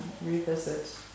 revisit